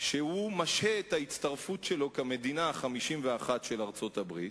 שהוא משהה את ההצטרפות שלו כמדינה ה-51 של ארצות-הברית.